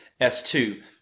S2